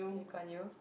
Lee-Kuan-Yew